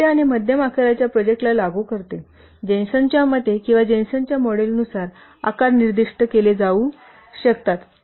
हे छोटे आणि मध्यम आकाराच्या प्रोजेक्टला लागू करतेजेन्सेनच्या मते किंवा जेन्सेनच्या मॉडेलनुसार आकार निर्दिष्ट केले जाऊ शकतात